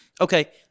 Okay